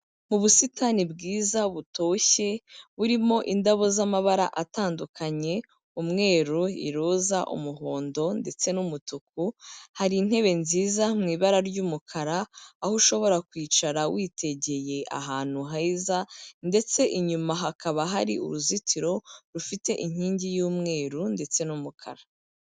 Mu busitani bwiza butoshye buririmo indabo z'amabara atandukanye umweru, iroza, umuhondo ndetse n'umutuku hari intebe nziza mu ibara ry'umukara aho ushobora kwicara witegeye ahantu heza. Ndetse inyuma hakaba hari uruzitiro rufite inkingi y'umweru ndetse n'umukara.